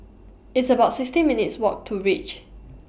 It's about sixteen minutes' Walk to REACH